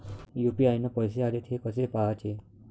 UPI न पैसे आले, थे कसे पाहाचे?